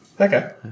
Okay